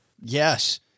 Yes